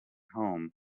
home